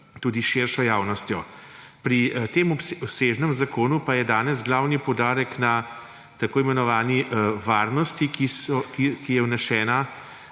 tudi širšo javnostjo. Pri tem obsežnem zakonu pa je danes glavni poudarek na tako imenovani varnosti, ki je vnesena